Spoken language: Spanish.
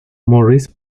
morris